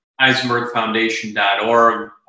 EisenbergFoundation.org